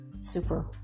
super